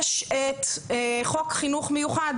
יש את חוק חינוך מיוחד,